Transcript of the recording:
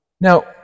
Now